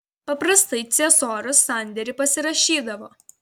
paprastai ciesorius sandėrį pasirašydavo